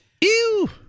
Ew